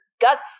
guts